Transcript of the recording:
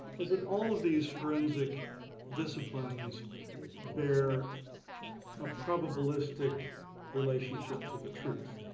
is that all of these forensic disciplines bear a probabilistic relationship to the truth.